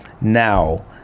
Now